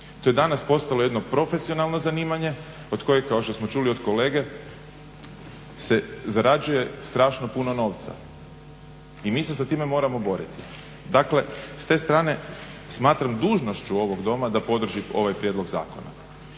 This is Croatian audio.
To je danas postalo jedno profesionalno zanimanje od kojeg, kao što smo čuli od kolege, se zarađuje strašno puno novca. I mi se sa time moramo boriti. Dakle, s te strane smatram dužnošću ovog doma da podrži ovaj prijedlog zakona.